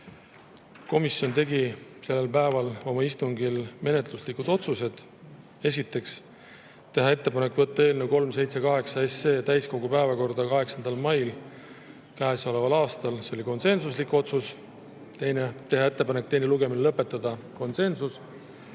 Komisjon tegi sellel päeval oma istungil menetluslikud otsused. Esiteks, teha ettepanek võtta eelnõu 378 täiskogu päevakorda 8. mail käesoleval aastal. See oli konsensuslik otsus. Teiseks, teha ettepanek teine lugemine lõpetada, selles